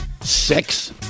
Six